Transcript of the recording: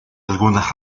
algunas